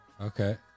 Okay